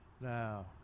Now